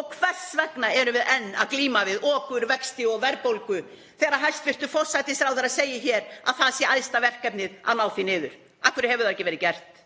Og hvers vegna erum við enn að glíma við okurvexti og verðbólgu þegar hæstv. forsætisráðherra segir hér að það sé æðsta verkefnið að ná því niður? Af hverju hefur það ekki verið gert?